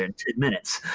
and two minutes.